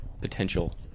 potential